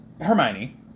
Hermione